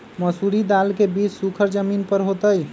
मसूरी दाल के बीज सुखर जमीन पर होतई?